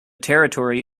territory